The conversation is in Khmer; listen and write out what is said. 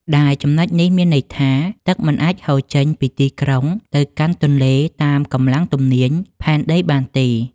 ដែលចំណុចនេះមានន័យថា ទឹកមិនអាចហូរចេញពីក្រុងទៅកាន់ទន្លេតាមកម្លាំងទំនាញផែនដីបានទេ។